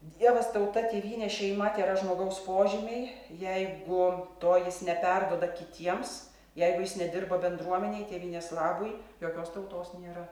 dievas tauta tėvynė šeima tėra žmogaus požymiai jeigu to jis neperduoda kitiems jeigu jis nedirba bendruomenei tėvynės labui jokios tautos nėra